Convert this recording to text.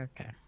okay